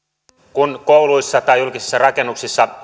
kun kouluissa tai julkisissa rakennuksissa